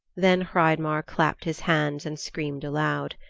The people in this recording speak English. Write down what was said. then hreidmar clapped his hands and screamed aloud.